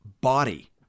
body